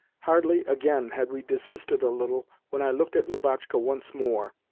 hardly, again, had we desisted a little when i looked at lubotshka once more,